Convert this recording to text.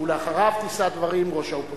ולאחריו תישא דברים ראש האופוזיציה.